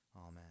amen